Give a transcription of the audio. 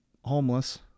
homeless